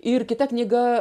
ir kita knyga